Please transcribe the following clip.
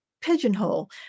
pigeonhole